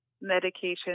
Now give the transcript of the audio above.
medication